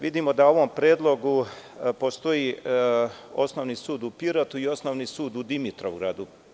Vidimo da u ovom predlogu postoji Osnovni sud u Pirotu i Osnovni sud u Dimitrovgradu.